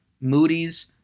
Moody's